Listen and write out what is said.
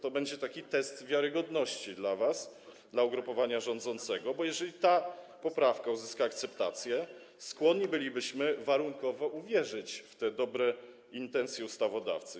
To będzie test wiarygodności dla was, dla ugrupowania rządzącego, bo jeżeli ta poprawka uzyskałaby akceptację, skłonni bylibyśmy warunkowo uwierzyć w dobre intencje ustawodawcy.